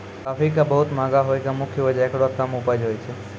काफी के बहुत महंगा होय के मुख्य वजह हेकरो कम उपज होय छै